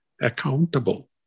accountable